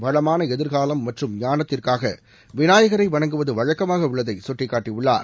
வளமான எதிர்காலம் மற்றும் ஞானத்திற்காக விநாயகரை வணங்குவது வழக்கமாக உள்ளதை சுட்டிக்காட்டியுள்ளார்